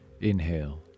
Inhale